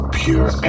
pure